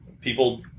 people